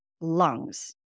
Lungs